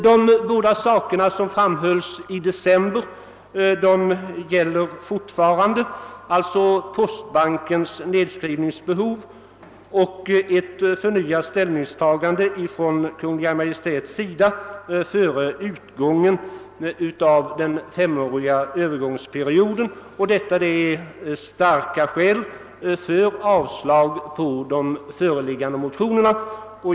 De synpunkter som från utskottets sida framfördes redan i december beträffande postbankens nedskrivningsbehov och ett förnyat ställningstagande från Kungl. Maj:t före utgången av den femåriga övergångsperioden gäller alltjämt och utgör starka skäl för avslag på föreliggande motioner.